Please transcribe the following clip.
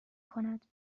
کند